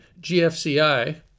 GFCI